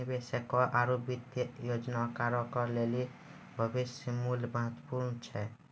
निवेशकों आरु वित्तीय योजनाकारो के लेली भविष्य मुल्य महत्वपूर्ण छै